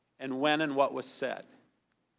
and when and what was said.